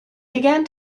began